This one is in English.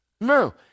No